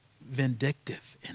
vindictive